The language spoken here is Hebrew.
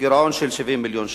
גירעון של 70 מיליון ש"ח,